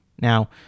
Now